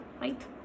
right